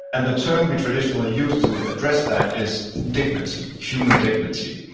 and the term we traditionally use to address that is dignity, human dignity.